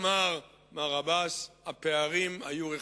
אמר מר עבאס: הפערים היו רחבים.